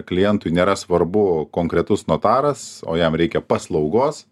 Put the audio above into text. klientui nėra svarbu konkretus notaras o jam reikia paslaugos